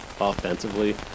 offensively